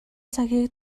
цагийг